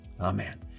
amen